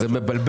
כן.